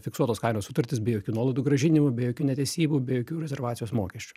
fiksuotos kainos sutartis be jokių nuolaidų grąžinimų be jokių netesybų be jokių rezervacijos mokesčių